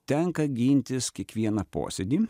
tenka gintis kiekvieną posėdį